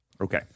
Okay